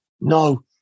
no